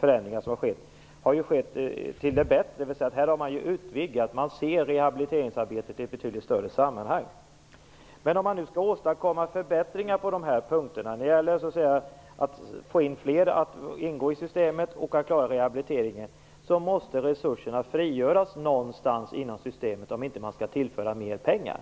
förändringar som har skett av direktiven är till det bättre. Här har man ju utvidgat och ser rehabiliteringsarbetet i ett betydligt större sammanhang. Men om man nu skall åstadkomma förbättringar på dessa punkter och få fler att ingå i systemet och klara rehabiliteringen måste resurserna frigöras någonstans inom systemet om man inte skall tillföra mer pengar.